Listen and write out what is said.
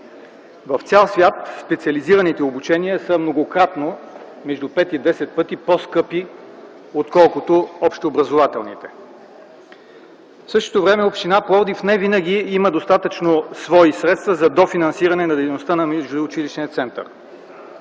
В цял свят специализираните обучения са многократно – между пет и десет пъти – по-скъпи от общообразователните. В същото време община Пловдив невинаги има достатъчно свои средства за дофинансиране на дейността на междуучилищния център.